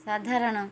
ସାଧାରଣ